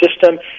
system